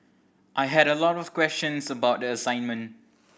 I had a lot of questions about the assignment